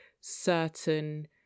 certain